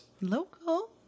Local